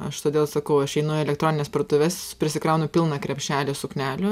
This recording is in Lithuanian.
aš todėl sakau aš einu į elektronines parduotuves prisikraunu pilną krepšelį suknelių